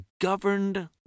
governed